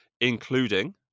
including